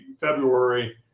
february